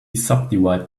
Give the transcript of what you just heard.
subdivide